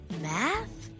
math